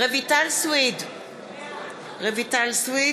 רויטל סויד,